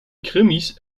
krimis